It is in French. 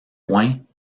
points